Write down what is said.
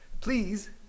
please